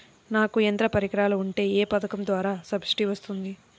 నాకు యంత్ర పరికరాలు ఉంటే ఏ పథకం ద్వారా సబ్సిడీ వస్తుంది?